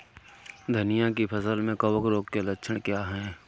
धनिया की फसल में कवक रोग के लक्षण क्या है?